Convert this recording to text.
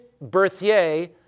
Berthier